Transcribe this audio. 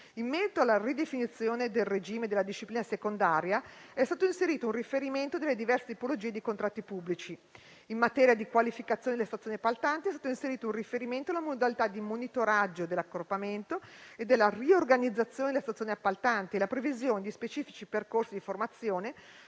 In merito alla ridefinizione del regime della disciplina secondaria è stato inserito un riferimento alle diverse tipologie di contratti pubblici. In materia di qualificazione delle stazioni appaltanti, è stato inserito un riferimento alla modalità di monitoraggio dell'accorpamento e della riorganizzazione delle stazioni appaltanti e la previsione di specifici percorsi di formazione,